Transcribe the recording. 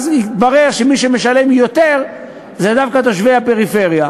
ואז יתברר שמי שמשלם יותר זה דווקא תושבי הפריפריה.